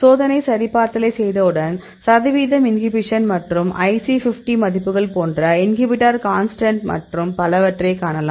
சோதனை சரிபார்த்தலைச் செய்தவுடன் சதவீதம் இன்ஹிபிஷன் மற்றும் IC 50 மதிப்புகள் போன்ற இன்ஹிபிட்டர் கான்ஸ்டன்ட் மற்றும் பலவற்றைக் காணலாம்